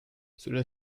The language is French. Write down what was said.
cela